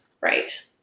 right